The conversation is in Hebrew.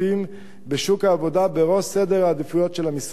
בשוק העבודה בראש סדר העדיפויות של המשרד,